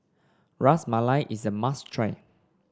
Ras Malai is a must try